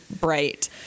bright